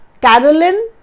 Carolyn